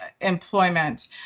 employment